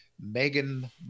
Megan